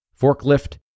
forklift